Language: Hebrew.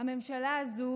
הממשלה הזו